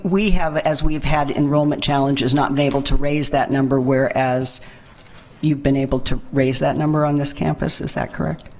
we have, as we've had enrollment challenges, not been able to raise that number whereas you've been able to raise that number on this campus. is that correct?